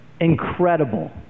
incredible